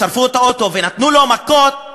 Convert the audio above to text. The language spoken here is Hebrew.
שרפו את האוטו ונתנו לו מכות,